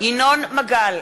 ינון מגל,